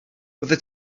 byddet